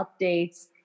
updates